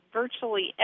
virtually